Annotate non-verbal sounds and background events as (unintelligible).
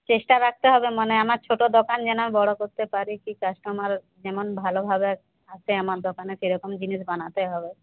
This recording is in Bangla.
চেষ্টা রাখতে হবে মানে আমার ছোট দোকান যেন আমি বড় করতে পারি (unintelligible) কাস্টমার যেমন ভালোভাবে আসে আমার দোকানে সেরকম জিনিস বানাতে হবে